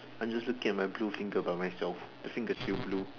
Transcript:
I'm just looking at my blue finger by myself I think it's still blue